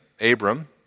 Abram